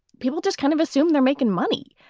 people just kind of assume they're making money.